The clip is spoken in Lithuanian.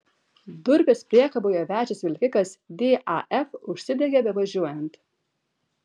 durpes priekaboje vežęs vilkikas daf užsidegė bevažiuojant